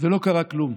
ולא קרה כלום.